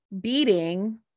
beating